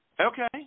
Okay